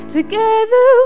Together